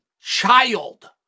child